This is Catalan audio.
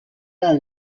del